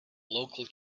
local